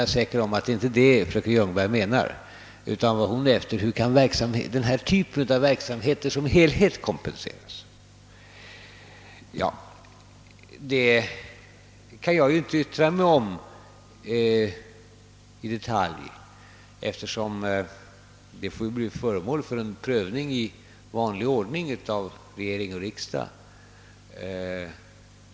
Jag är säker på att det inte är detta fröken Ljungberg menar utan att hon syftar på hur denna typ av verksamhet i dess helhet kan kompenseras. Detta är något som jag inte i detalj kan yttra mig om, eftersom det får bli föremål för en prövning i vanlig ordning av regering och riksdag.